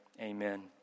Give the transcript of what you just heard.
amen